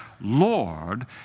Lord